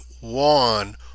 one